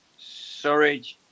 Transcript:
Surridge